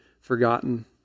forgotten